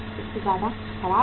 इससे ज्यादा खराब है